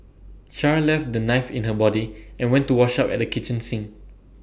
char left the knife in her body and went to wash up at the kitchen sink